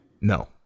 No